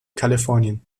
kalifornien